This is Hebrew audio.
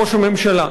ראש הממשלה.